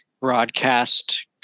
broadcast